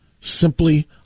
simply